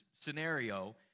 scenario